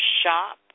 shop